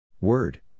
Word